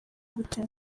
gute